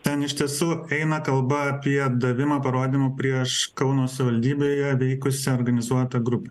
ten iš tiesų eina kalba apie davimą parodymų prieš kauno savivaldybėje veikusią organizuotą grupę